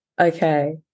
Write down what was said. Okay